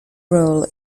role